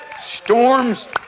Storms